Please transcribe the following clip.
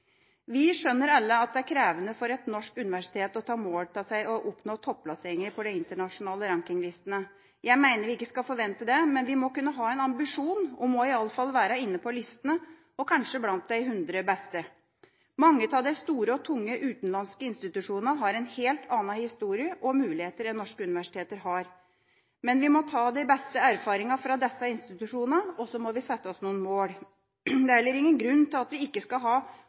Vi skjønner alle at det er krevende for et norsk universitet å ta mål av seg til å oppnå topplasseringer på de internasjonale rankinglistene. Jeg mener vi ikke skal forvente det, men vi må kunne ha en ambisjon om i alle fall å være inne på listene, og kanskje blant de 100 beste. Mange av de store og tunge utenlandske institusjonene har en helt annen historie og andre muligheter enn norske universiteter har, men vi må ta de beste erfaringene fra disse institusjonene, og så må vi sette oss noen mål. Det er heller ingen grunn til at ikke vi skal ha